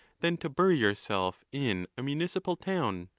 than to bury yourself in a municipal town!